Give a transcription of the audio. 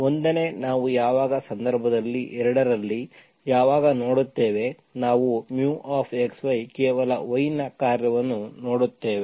1ನೇ ನಾವು ಯಾವಾಗ ಸಂದರ್ಭದಲ್ಲಿ 2 ರಲ್ಲಿ ಯಾವಾಗ ನೋಡುತ್ತೇವೆ ನಾವು xy ಕೇವಲ y ನ ಕಾರ್ಯವನ್ನು ನೋಡುತ್ತೇವೆ